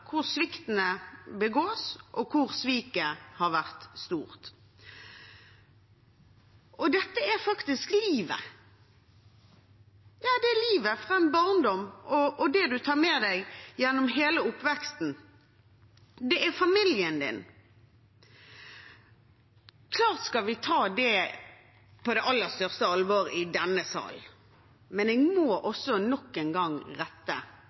hvor sviktene skjer, og hvor sviket har vært stort. Dette er faktisk livet. Det er livet fra en barndom og det man tar med seg gjennom hele oppveksten. Det er familien din. Det er klart at vi skal ta det på det aller største alvor i denne sal. Men jeg må også nok en gang rette